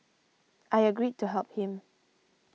I agreed to help him